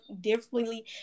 differently